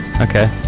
okay